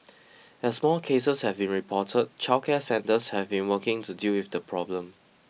as more cases have been reported childcare centres have been working to deal with the problem